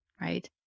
right